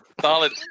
Solid